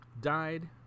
died